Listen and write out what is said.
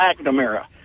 McNamara